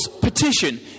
petition